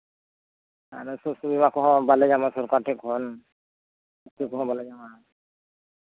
ᱟᱫᱚ ᱥᱩᱡᱳᱜᱽ ᱥᱩᱵᱤᱫᱟ ᱦᱚᱸ ᱵᱟᱞᱮ ᱧᱟᱢᱟ ᱥᱚᱨᱠᱟᱨ ᱴᱷᱮᱱ ᱠᱷᱚᱱ ᱤᱛᱟᱹ ᱠᱚᱦᱚᱸ ᱵᱟᱞᱮ ᱧᱟᱢᱟ